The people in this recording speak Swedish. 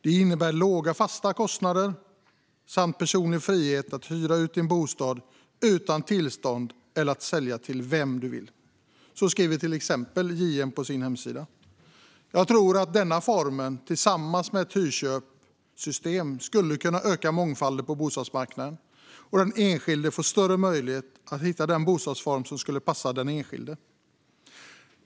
Det innebär låga fasta kostnader samt personlig frihet att hyra ut din bostad utan tillstånd eller att sälja till vem du vill. Så skriver till exempel JM på sin hemsida. Jag tror att denna form, tillsammans med ett hyrköpssystem, skulle kunna öka mångfalden på bostadsmarknaden och ge den enskilde större möjlighet att hitta den bostadsform som skulle passa.